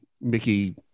Mickey